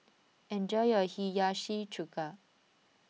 enjoy your Hiyashi Chuka